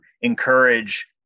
encourage